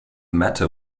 matter